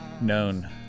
known